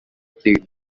played